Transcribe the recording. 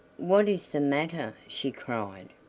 what is the matter? she cried.